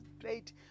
great